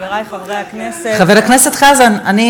חברי חברי הכנסת, אני אצא בחתיכות, אני אצא.